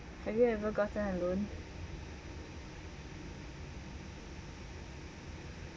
have you ever gotten a loan